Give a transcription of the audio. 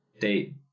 date